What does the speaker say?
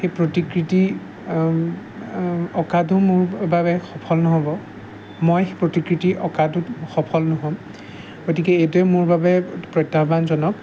সেই প্ৰতিকৃতি অঁকাটো মোৰ বাবে সফল নহ'ব মই প্ৰতিকৃতি অঁকাটোত সফল নহ'ম গতিকে এইটোৱে মোৰ বাবে প্ৰত্যাহ্বানজনক